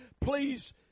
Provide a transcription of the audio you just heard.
please